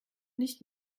nicht